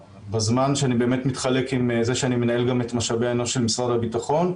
בזמן שאני מתחלק עם זה שאני מנהל גם את משאבי האנוש של משרד הביטחון,